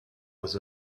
was